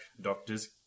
Doctor's